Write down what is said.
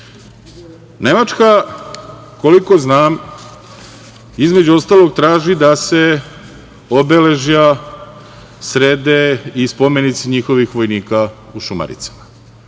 Nemačka koliko znam, između ostalog traži da se obeležja i spomenici njihovih vojnika srede u Šumaricama.